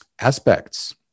Aspects